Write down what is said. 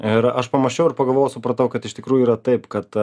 ir aš pamasčiau ir pagalvojau dupratau kad iš tikrųjų yra taip kad